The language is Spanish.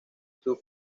sus